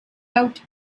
out